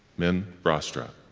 men, bra strap.